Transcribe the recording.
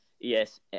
yes